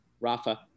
Rafa